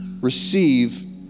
receive